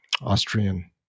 Austrian